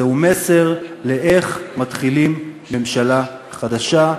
זהו מסר איך מתחילים ממשלה חדשה,